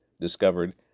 discovered